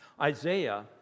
Isaiah